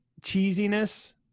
cheesiness